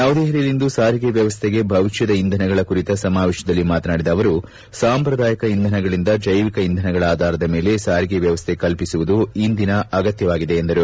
ನವದೆಹಲಿಯಲ್ಲಿಂದು ಸಾರಿಗೆ ವ್ಯವಸ್ಥೆಗೆ ಭವಿಷ್ಣದ ಇಂಧನಗಳು ಕುರಿತ ಸಮಾವೇಶದಲ್ಲಿ ಮಾತನಾಡಿದ ಅವರು ಸಾಂಪ್ರದಾಯಿಕ ಇಂಧನಗಳಿಂದ ಜೈವಿಕ ಇಂಧನಗಳ ಆಧಾರದ ಮೇಲೆ ಸಾರಿಗೆ ವ್ಯವಸ್ಥೆ ಕಲ್ಪಿಸುವುದು ಇಂದಿನ ಅಗತ್ಯವಾಗಿದೆ ಎಂದರು